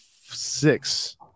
six